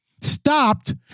stopped